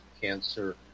cancer